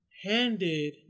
handed